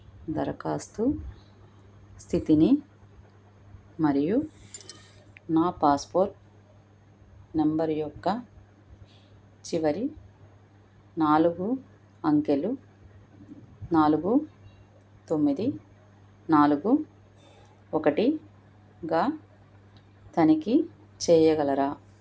దరఖాస్తు స్థితిని మరియు నా పాస్పోర్ట్ నెంబర్ యొక్క చివరి నాలుగు అంకెలు నాలుగు తొమ్మిది నాలుగు ఒకటిగా తనిఖీ చెయ్యగలరా